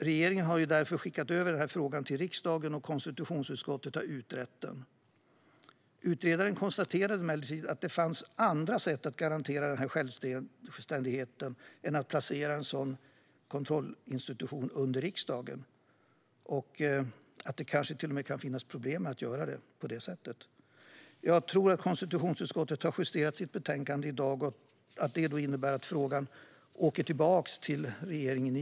Regeringen har därför lämnat över frågan till riksdagen, och konstitutionsutskottet har utrett den. Utredaren konstaterade emellertid att det finns andra sätt att garantera självständighet än att placera en sådan kontrollinstitution under riksdagen och att det kanske till och med kan finnas problem med att göra det på det sättet. Jag tror att konstitutionsutskottet har justerat sitt betänkande i dag och att detta innebär att frågan nu åker tillbaka till regeringen.